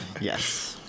Yes